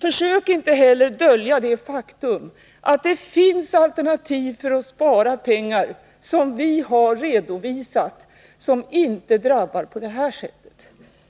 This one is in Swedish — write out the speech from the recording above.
Försök inte heller dölja det faktum att det finns alternativ för att spara pengar som vi har redovisat och som inte drabbar människor på det här sättet.